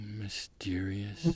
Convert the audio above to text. mysterious